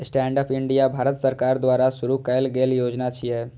stand up India Bharat सरकार द्वारा शुरू कैल गेल योजना छियै